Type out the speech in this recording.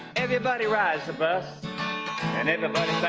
everybody rides the bus and everybody